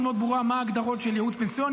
מאוד ברורה מה ההגדרות של ייעוץ פנסיוני,